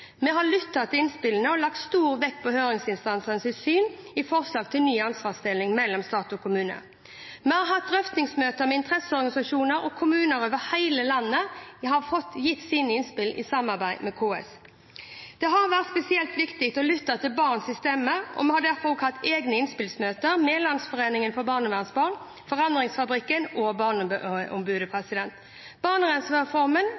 Vi har lyttet til innspillene og lagt stor vekt på høringsinstansenes syn i forslag til ny ansvarsdeling mellom stat og kommune. Vi har hatt drøftingsmøter med interesseorganisasjoner og kommuner over hele landet. De har gitt sine innspill i samarbeid med KS. Det har vært spesielt viktig å lytte til barns stemme, og vi har derfor også hatt egne innspillsmøter med Landsforeningen for barnevernsbarn, Forandringsfabrikken og Barneombudet.